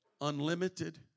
unlimited